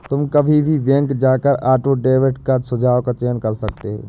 तुम कभी भी बैंक जाकर ऑटो डेबिट का सुझाव का चयन कर सकते हो